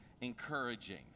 encouraging